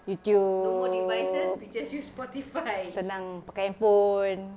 YouTube senang pakai handphone